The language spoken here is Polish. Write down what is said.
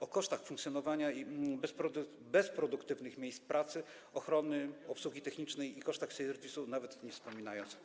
O kosztach funkcjonowania bezproduktywnych miejsc pracy, ochrony, obsługi technicznej i kosztach serwisu nawet nie wspomnę.